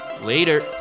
later